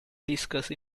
discussed